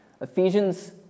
Ephesians